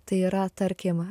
tai yra tarkim